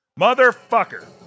motherfucker